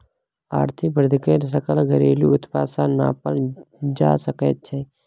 आर्थिक वृद्धिकेँ सकल घरेलू उत्पाद सँ नापल जा सकैत छै